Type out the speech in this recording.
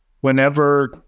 whenever